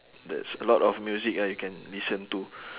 there's a lot of music ah you can listen to